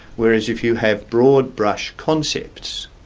whereas if you have broad-brush concepts,